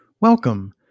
Welcome